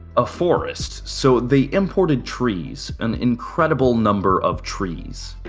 a forest. so. they imported trees an incredible number of trees.